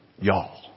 y'all